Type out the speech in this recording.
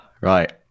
Right